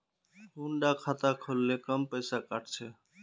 कुंडा खाता खोल ले कम पैसा काट छे?